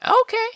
Okay